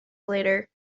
later